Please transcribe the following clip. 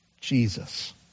Jesus